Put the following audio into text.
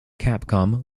capcom